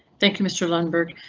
thank you, mr lundberg,